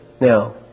Now